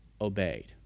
obeyed